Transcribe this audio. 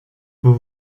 vous